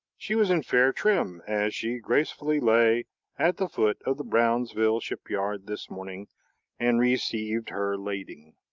she was in fair trim as she gracefully lay at the foot of the brownsville shipyard this morning and received her lading.